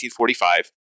1945